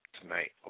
tonight